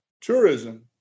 tourism